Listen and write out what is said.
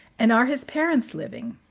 and are his parents living?